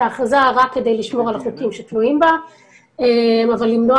ההכרזה רק כדי לשמור על החוקים שתלויים בה אבל למנוע